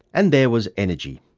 and there was energy,